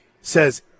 says